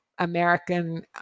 American